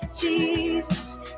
Jesus